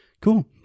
Cool